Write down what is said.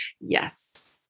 Yes